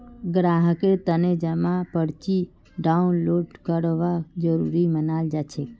ग्राहकेर तने जमा पर्ची डाउनलोड करवा जरूरी मनाल जाछेक